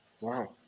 Wow